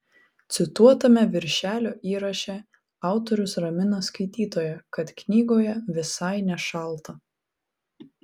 cituotame viršelio įraše autorius ramina skaitytoją kad knygoje visai nešalta